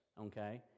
okay